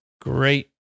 great